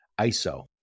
ISO